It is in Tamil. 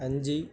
அஞ்சு